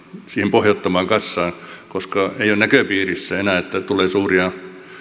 pohjattomaan kassaan koska ei ole näköpiirissä enää että tulee suuria